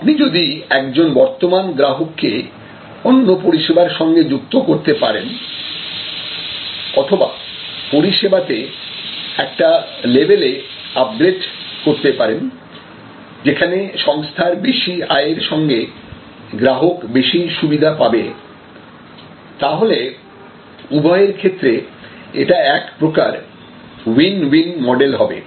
আপনি যদি একজন বর্তমান গ্রাহককে অন্য পরিষেবার সঙ্গে যুক্ত করতে পারেন অথবা পরিষেবাতে একটা লেভেলে আপগ্রেড করতে পারেন যেখানে সংস্থার বেশি আয়ের সঙ্গে গ্রাহক বেশি সুবিধা পাবে তা হলে উভয়ের ক্ষেত্রে এটা এক প্রকার উইন উইন মডেল হবে